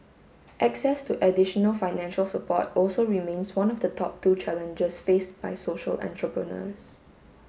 access to additional financial support also remains one of the top two challenges faced by social entrepreneurs